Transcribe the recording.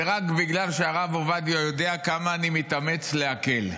זה רק בגלל שהרב עובדיה יודע כמה אני מתאמץ להקל.